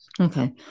Okay